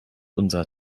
unser